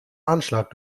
anschlag